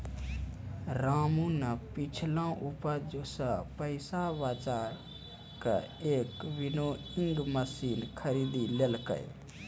रामू नॅ पिछलो उपज सॅ पैसा बजाय कॅ एक विनोइंग मशीन खरीदी लेलकै